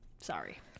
sorry